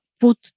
put